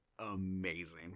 amazing